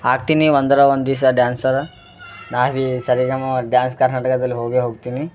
ಆಗ್ತೀನಿ ಒಂದಲ್ಲ ಒಂದು ದಿವಸ ಡ್ಯಾನ್ಸರ ನಾ ಬಿ ಸ ರಿ ಗ ಮ ಡ್ಯಾನ್ಸ್ ಕರ್ನಾಟಕದಲ್ಲಿ ಹೋಗೇ ಹೋಗ್ತೀನಿ